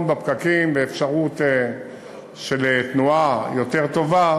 בפקקים והאפשרות של תנועה יותר טובה,